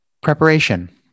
preparation